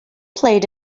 played